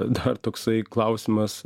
dar toksai klausimas